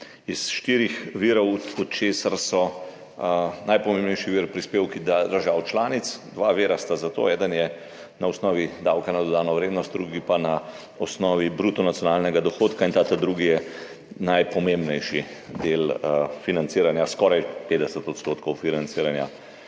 iz štirih virov, od česar so najpomembnejši vir prispevki držav članic. Za to sta dva vira, eden je na osnovi davka na dodano vrednost, drugi pa na osnovi bruto nacionalnega dohodka in ta drugi je najpomembnejši del financiranja, skoraj 50 odstotkov financiranja